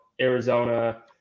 Arizona